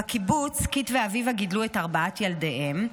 בקיבוץ קית' ואביבה גידלו את ארבעת ילדיהם,